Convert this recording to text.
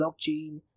blockchain